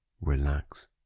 relax